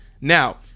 Now